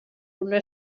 una